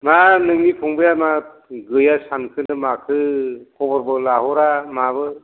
मा नोंनि फंबाया मा गैया सानखोना माखो खबरबो लाहरा माबो